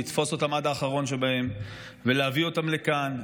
לתפוס אותם עד האחרון שבהם ולהביא אותם לכאן,